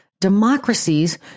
Democracies